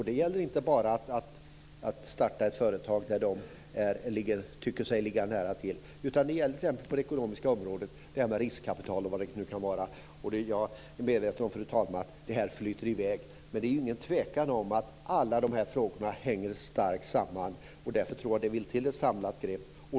Det gäller inte bara att starta ett företag där de tycker sig ligga bra till, utan det gäller också på det ekonomiska området, t.ex. vad beträffar riskkapital. Jag är medveten om att detta flyter i väg, fru talman, men det är ingen tvekan om att alla dessa frågor starkt hänger samman. Därför tror jag att det vill till ett samlat grepp.